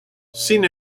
sin